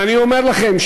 ואני אומר לכם,